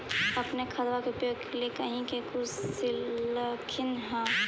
अपने खादबा के उपयोग के लीये कही से कुछ सिखलखिन हाँ?